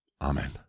Amen